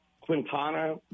Quintana